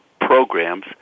programs